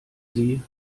sie